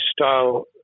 style